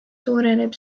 suureneb